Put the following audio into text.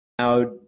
Now